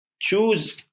choose